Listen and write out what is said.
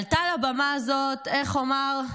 עלתה לבמה הזאת, איך אומר,